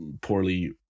poorly